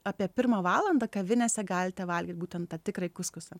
apie pirmą valandą kavinėse galite valgyti būtent tą tikrąjį kuskusą